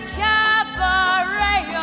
cabaret